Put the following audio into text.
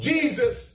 Jesus